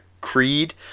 creed